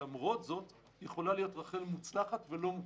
למרות זאת, יכולה להיות רח"ל מוצלחת ולא מוצלחת.